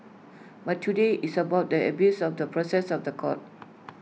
but today it's about the abuse of the process of The Court